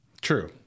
True